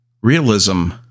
Realism